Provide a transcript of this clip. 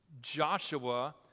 Joshua